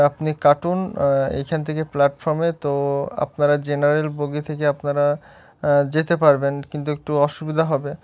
আপনি কাটুন এইখান থেকে প্ল্যাটফর্মে তো আপনারা জেনারেল বগি থেকে আপনারা যেতে পারবেন কিন্তু একটু অসুবিধা হবে